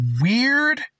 weird